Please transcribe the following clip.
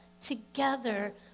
together